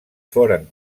foren